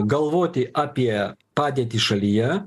galvoti apie padėtį šalyje